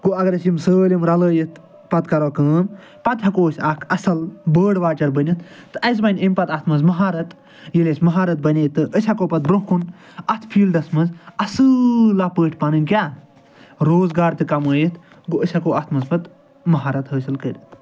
گوٚو اگر أسۍ یِم سٲلَم رَلٲیِتھ پَتہٕ کرو کٲم پَتہٕ ہٮ۪کو أسۍ اکھ اصٕل بٲڈ واچَر بٔنِتھ تہٕ اَسہِ بَنہِ اَمہِ پَتہٕ اتھ مَنٛز مَہارت ییٚلہِ اَسہِ مہارت بَنے تہٕ أسۍ ہٮ۪کو پَتہٕ برٛونٛہہ کُن اَتھ فیٖلڈَس مَنٛز اصٕلہ پٲٹھۍ پَنٕنۍ کیاہ روزگار تہِ کَمٲیِتھ گوٚو أسۍ ہٮ۪کو اتھ مَنٛز پَتہٕ مہارت حٲصِل کٔرِتھ